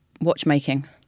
watchmaking